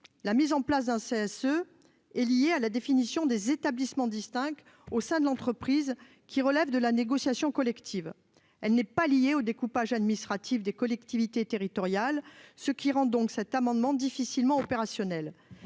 la mise en place d'un CSE est liée à la définition des établissements distincts au sein de l'entreprise, qui relève de la négociation collective ; elle n'est pas liée au découpage administratif des collectivités territoriales. Cela rend donc cet amendement difficilement opérationnel.